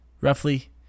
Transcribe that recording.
roughly